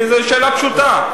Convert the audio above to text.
זוהי שאלה פשוטה.